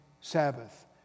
Sabbath